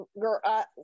Girl